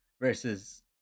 versus